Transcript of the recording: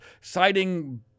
citing